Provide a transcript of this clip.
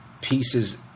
pieces